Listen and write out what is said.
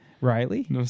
Riley